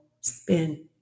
spin